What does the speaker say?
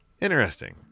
interesting